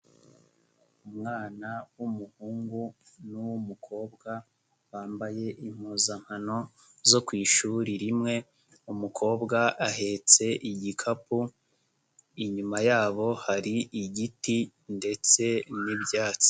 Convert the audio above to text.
Umwana w'umuhungu n'uw'umukobwa bambaye impuzankano zo ku ishuri rimwe umukobwa ahetse igikapu, inyuma yabo hari igiti ndetse n'ibyatsi.